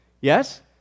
Yes